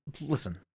Listen